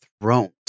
Thrones